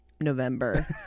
November